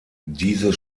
dieses